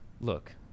Look